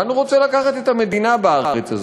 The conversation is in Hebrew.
לאן הוא רוצה לקחת את המדינה בארץ הזאת?